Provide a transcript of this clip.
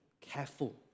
careful